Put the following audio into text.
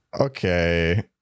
Okay